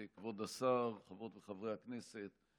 כבוד השר, חברות וחברי הכנסת,